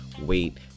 wait